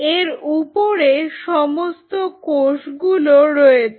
এর উপরে সমস্ত কোষগুলো রয়েছে